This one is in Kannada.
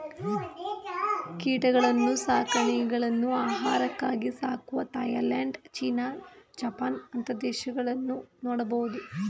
ಕೀಟಗಳನ್ನ್ನು ಸಾಕಾಣೆಗಳನ್ನು ಆಹಾರಕ್ಕಾಗಿ ಸಾಕುವ ಥಾಯಲ್ಯಾಂಡ್, ಚೀನಾ, ಜಪಾನ್ ಅಂತ ದೇಶಗಳನ್ನು ನೋಡಬಹುದು